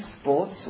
sports